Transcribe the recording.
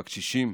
בקשישים.